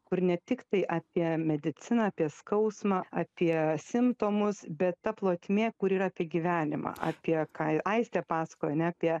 kur ne tiktai apie mediciną apie skausmą apie simptomus bet ta plotmė kur yra apie gyvenimą apie ką aistė pasakojo ane apie